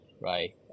right